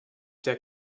der